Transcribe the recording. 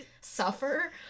Suffer